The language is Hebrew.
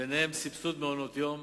וביניהן סבסוד מעונות-יום